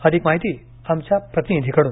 अधिक माहिती आमच्या प्रतिनिधीकडून